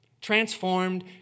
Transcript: transformed